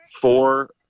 four